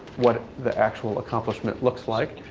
what the actual accomplishment looks like.